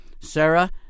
Sarah